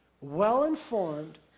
well-informed